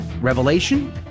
revelation